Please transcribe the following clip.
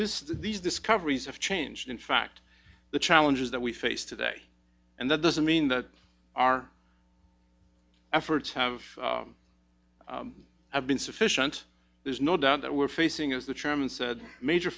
this these discoveries have changed in fact the challenges that we face today and that doesn't mean that our efforts have have been sufficient there's no doubt that we're facing as the chairman said major